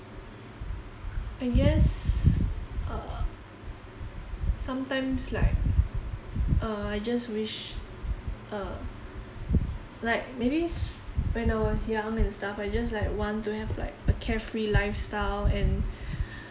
I guess uh sometimes like uh I just wish uh like maybe is when I was young and stuff I just like want to have like a carefree lifestyle and